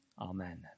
Amen